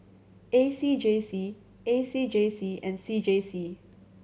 A C J C A C J C and C J C